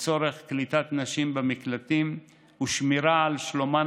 לצורך קליטת נשים במקלטים ושמירה על שלומן